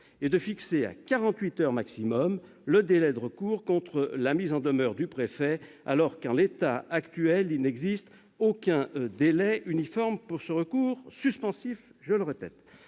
à quarante-huit heures au maximum le délai de recours contre la mise en demeure du préfet, alors qu'en l'état actuel il n'existe aucun délai uniforme pour ce recours suspensif. De plus,